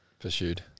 Pursued